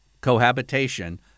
cohabitation